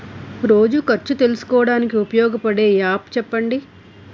రోజు ఖర్చు తెలుసుకోవడానికి ఉపయోగపడే యాప్ చెప్పండీ?